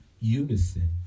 unison